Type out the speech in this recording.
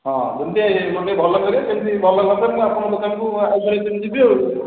ହଁ ଯେମିତି ମୋର ଟିକେ ଭଲ କରିବେ ସେମିତି ଭଲ କରିଲେ ମୁଁ ଆପଣଙ୍କ ଦୋକାନକୁ ଆଉ ଥରେ ଯେମିତି ଯିବି ଆଉ